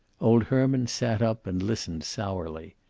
old herman sat up, and listened sourly.